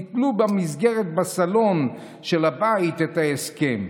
תתלו במסגרת בסלון של הבית את ההסכם.